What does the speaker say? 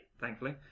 thankfully